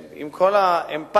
עם כל האמפתיה,